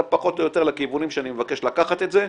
זה פחות או יותר לכיוונים שאני מבקש לקחת את זה.